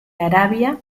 arabia